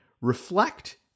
reflect